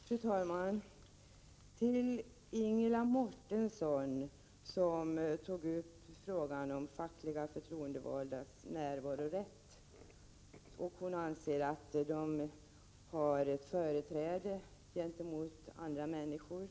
Fru talman! Ingela Mårtensson tog upp frågan om fackligt förtroendevaldas närvarorätt. Hon anser att de har ett företräde gentemot andra människor.